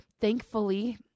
thankfully